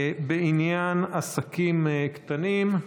בעניין עסקים קטנים.